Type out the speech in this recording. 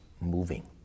moving